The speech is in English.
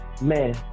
man